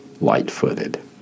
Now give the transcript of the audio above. light-footed